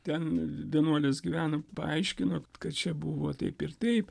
ten vienuolis gyveno paaiškino kad čia buvo taip ir taip